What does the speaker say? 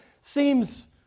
seems